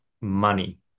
money